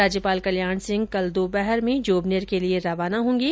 राज्यपाल कल्याण सिंह कल दोपहर में जोबनेर के लिए रवाना होंगे